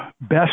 best